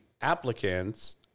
applicants